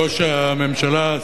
ראש הממשלה,